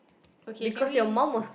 okay can we